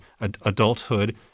adulthood –